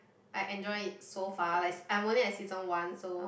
I enjoy it so far like I'm only at season one so